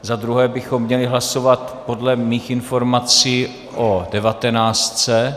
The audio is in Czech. Za druhé bychom měli hlasovat podle mých informací o devatenáctce.